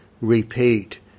repeat